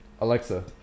alexa